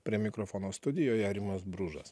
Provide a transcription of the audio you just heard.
prie mikrofono studijoje rimas bružas